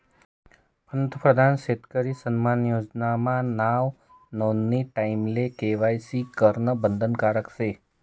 पंतप्रधान शेतकरी सन्मान योजना मा नाव नोंदानी टाईमले के.वाय.सी करनं बंधनकारक शे